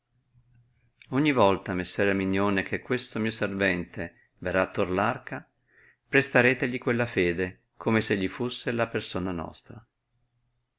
ogni volta messer erminione che questo mio servente verrà a tor arca prestaretegli quella fede come se egli fusse la persona nostra